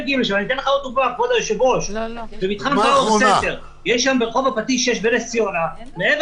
כבוד היושב-ראש, יש ברח' הפטיש בנס ציונה, מעבר